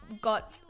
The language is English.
got